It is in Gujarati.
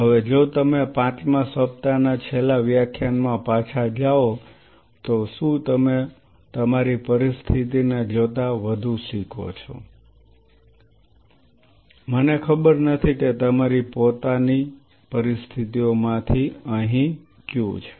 હવે જો તમે પાંચમા સપ્તાહના છેલ્લા વ્યાખ્યાન માં પાછા જાઓ છો તો શું તમે તમારી પરિસ્થિતિને જોતા વધુ શીખો છો મને ખબર નથી કે તમારી પોતાની પરિસ્થિતિઓમાંથી અહીં કયું છે